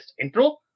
intro